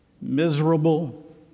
miserable